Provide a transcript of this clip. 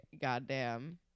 goddamn